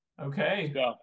Okay